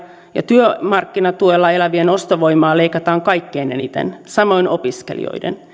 ja työmarkkinatuella elävien ostovoimaa leikataan kaikkein eniten samoin opiskelijoiden